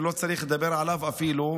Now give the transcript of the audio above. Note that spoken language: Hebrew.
ולא צריך לדבר עליו אפילו.